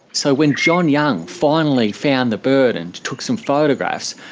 so when john young finally found the bird and took some photographs,